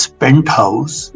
penthouse